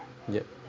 ya